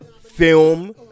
Film